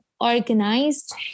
organized